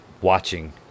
watching